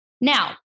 Now